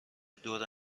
دور